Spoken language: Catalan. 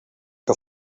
que